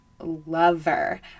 lover